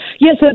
Yes